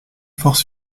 force